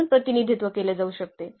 म्हणून प्रतिनिधित्व केले जाऊ शकते